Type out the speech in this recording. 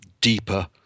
deeper